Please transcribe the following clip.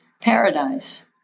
paradise